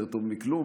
יותר טוב מכלום,